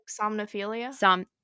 somnophilia